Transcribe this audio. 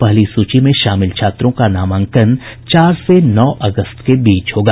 पहली सूची में शामिल छात्रों का नामांकन चार से नौ अगस्त के बीच होगा